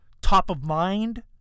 top-of-mind